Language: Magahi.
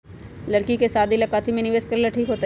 लड़की के शादी ला काथी में निवेस करेला ठीक होतई?